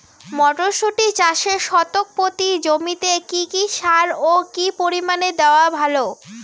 মটরশুটি চাষে শতক প্রতি জমিতে কী কী সার ও কী পরিমাণে দেওয়া ভালো?